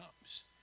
comes